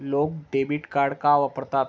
लोक debit card का वापरतात?